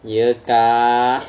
ya kak